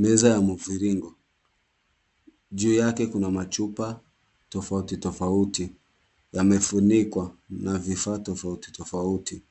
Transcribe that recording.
Meza ya mviringo, juu yake kuna machupa tofauti tofauti, yamefunikwa na vifaa tofauti tofauti.